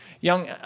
Young